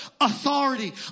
authority